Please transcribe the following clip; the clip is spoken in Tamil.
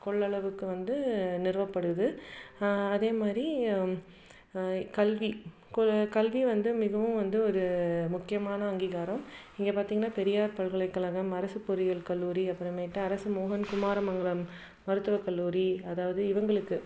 கொள்ளளவுக்கு வந்து நிறுவப்படுது அதேமாதிரி கல்வி குழு கல்வி வந்து மிகவும் வந்து ஒரு முக்கியமான அங்கீகாரம் இங்கே பார்த்திங்கன்னா பெரிய பல்கலைக்கழகம் அரசு பொறியியல் கல்லூரி அப்புறமேட்டு அரசு மோகன் குமார மங்கலம் மருத்துவ கல்லூரி அதாவது இவங்களுக்கு